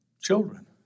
children